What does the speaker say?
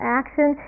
action